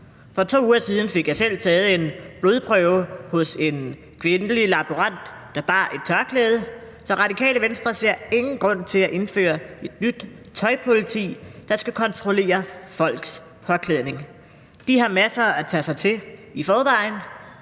For to uger siden fik jeg selv taget en blodprøve hos en kvindelig laborant, der bar et tørklæde, så Radikale Venstre ser ingen grund til at indføre et nyt tøjpoliti, der skal kontrollere folks påklædning. De har i forvejen masser at tage sig til, og